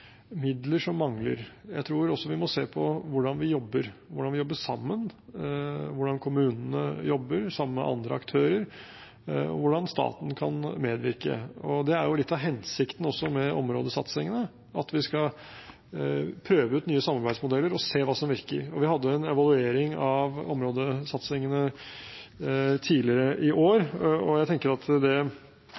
midler som mangler. Jeg tror også vi må se på hvordan vi jobber, hvordan vi jobber sammen, hvordan kommunene jobber sammen med andre aktører, og hvordan staten kan medvirke. Det er også litt av hensikten med områdesatsingene, at vi skal prøve ut nye samarbeidsmodeller og se hva som virker. Vi hadde en evaluering av områdesatsingene tidligere i år, og jeg tenker at det